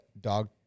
dog